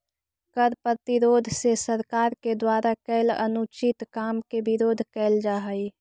कर प्रतिरोध से सरकार के द्वारा कैल अनुचित काम के विरोध कैल जा हई